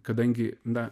kadangi na